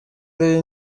ari